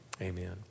amen